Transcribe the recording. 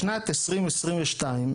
בשנת 2022,